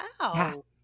Wow